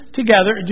together